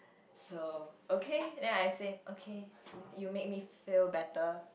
so okay then I say okay you make me feel better